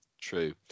True